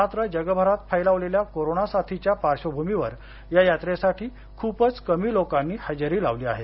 मात्र जगभरात फैलावलेल्या कोरोना साथीच्या पार्श्वभूमीवर या यात्रेसाठी खूपच कमी लोकांनी हजेरी लावली आहे